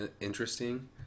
interesting